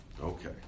Okay